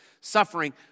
suffering